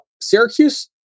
Syracuse